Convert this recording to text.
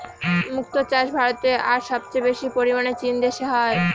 মক্তো চাষ ভারতে আর সবচেয়ে বেশি পরিমানে চীন দেশে হয়